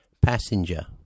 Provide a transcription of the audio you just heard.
Passenger